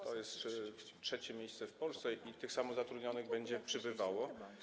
To jest trzecie miejsce w Polsce i tych samozatrudnionych będzie przybywało.